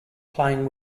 playing